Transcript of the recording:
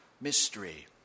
mystery